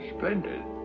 Splendid